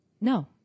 no